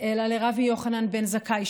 אלא לרבי יוחנן בן זכאי,